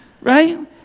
right